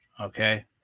Okay